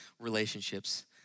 relationships